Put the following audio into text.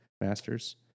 Masters